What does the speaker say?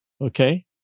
Okay